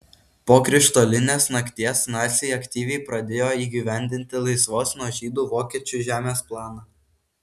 po krištolinės nakties naciai aktyviai pradėjo įgyvendinti laisvos nuo žydų vokiečių žemės planą